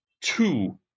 two